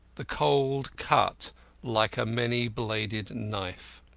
the cold cut like a many-bladed knife.